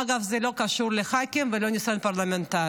אגב, זה לא קשור לח"כים ולא לניסיון פרלמנטרי,